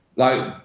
like,